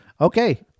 Okay